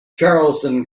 charleston